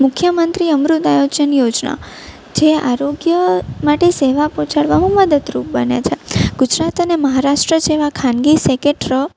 મુખ્યમંત્રી અમૃતમ આયોજન યોજના જે આરોગ્ય માટે સેવા પહોંચાડવામાં મદદરૂપ બને છે ગુજરાત અને મહારાષ્ટ્ર જેવાં ખાનગી સેકેટ્ર